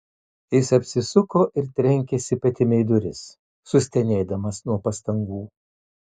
jis apsisuko ir trenkėsi petimi į duris sustenėdamas nuo pastangų